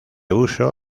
uso